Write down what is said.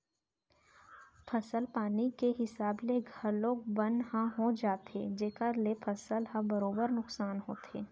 फसल पानी के हिसाब ले घलौक बन ह हो जाथे जेकर ले फसल ह बरोबर नुकसान होथे